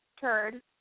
turd